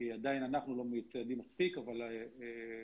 אנחנו עדין לא מצוידים מספיק אבל רכשנו